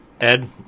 Ed